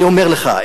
אני אומר לך,